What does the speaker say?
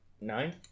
Nine